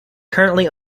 currently